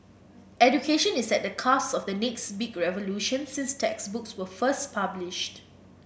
education is at the cusp of the next big revolution since textbooks were first published